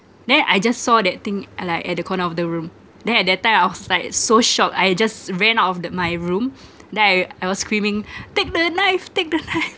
then I just saw that thing at like at the corner of the room then at that time I was like so shocked I just ran out of the my room then I I was screaming take the knife take the knife